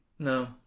No